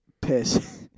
piss